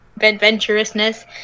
adventurousness